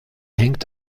hängt